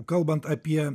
kalbant apie